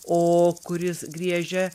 o kuris griežia